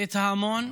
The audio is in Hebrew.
את ההמון,